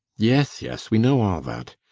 yes, yes we know all that!